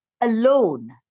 alone